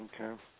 Okay